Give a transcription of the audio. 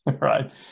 right